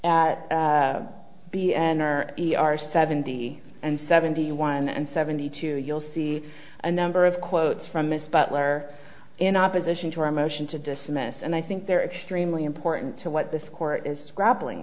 at b n or the are seventy and seventy one and seventy two you'll see a number of quotes from miss butler in opposition to our motion to dismiss and i think they're extremely important to what the score is grappling